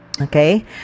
Okay